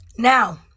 Now